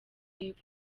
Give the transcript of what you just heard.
y’epfo